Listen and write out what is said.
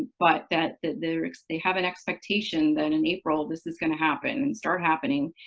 but that that they have an expectation that in april this is going to happen and start happening,